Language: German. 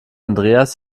andreas